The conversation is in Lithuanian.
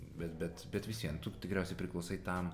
bet bet bet vis vien tu tikriausiai priklausai tam